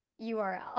URL